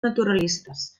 naturalistes